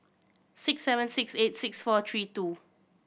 six seven six eight six four three two